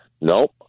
nope